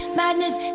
madness